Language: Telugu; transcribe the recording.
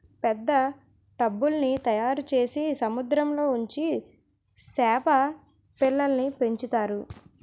పెద్ద టబ్బుల్ల్ని తయారుచేసి సముద్రంలో ఉంచి సేప పిల్లల్ని పెంచుతారు